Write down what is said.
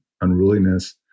unruliness